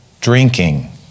Drinking